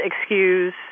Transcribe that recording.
excuse